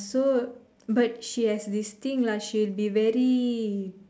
so but she has this thing lah she'll be very